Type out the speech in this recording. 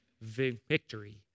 victory